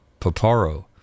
Paparo